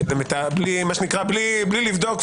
בלי לבדוק,